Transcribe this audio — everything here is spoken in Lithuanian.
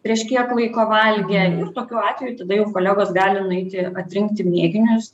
prieš kiek laiko valgė ir tokiu atveju tada jau kolegos gali nueiti atrinkti mėginius